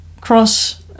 cross